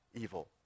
evil